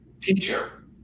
teacher